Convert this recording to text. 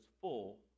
full